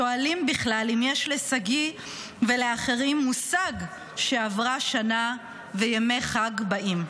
שואלים בכלל אם יש לשגיא ולאחרים מושג שעברה שנה וימי חג באים.